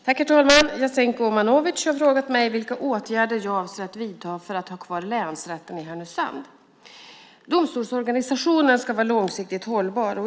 Herr talman! Jasenko Omanovic har frågat mig vilka åtgärder jag avser att vidta för att ha kvar länsrätten i Härnösand. Domstolsorganisationen ska vara långsiktigt hållbar.